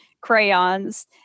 crayons